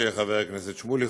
חבר הכנסת שמולי,